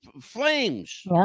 flames